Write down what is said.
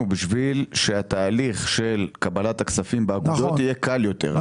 הוא בשביל שהתהליך של קבלת הכספים באגודות יהיה קל יותר.